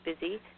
busy